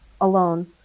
alone